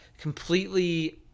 completely